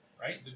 Right